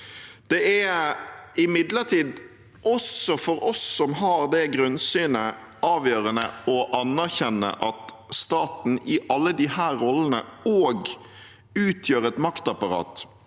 Det er imidlertid også for oss som har det grunnsynet, avgjørende å anerkjenne at staten i alle disse rollene også utgjør et maktapparat